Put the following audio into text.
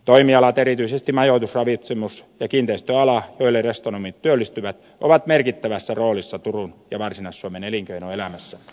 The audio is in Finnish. toimialat erityisesti majoitus ravitsemus ja kiinteistöalat joille restonomit työllistyvät ovat merkittävässä roolissa turun ja varsinais suomen elinkeinoelämässä